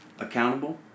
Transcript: accountable